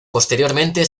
posteriormente